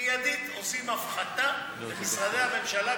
מיידית עושים הפחתה במשרדי הממשלה,